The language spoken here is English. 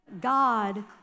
God